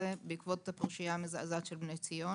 בעקבות הפרשייה המזעזעת של בני ציון.